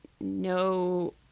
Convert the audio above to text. no